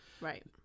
Right